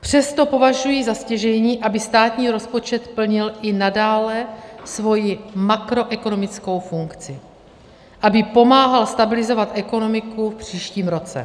Přesto považuji za stěžejní, aby státní rozpočet plnil i nadále svoji makroekonomickou funkci, aby pomáhal stabilizovat ekonomiku v příštím roce.